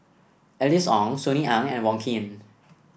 Alice Ong Sunny Ang and Wong Keen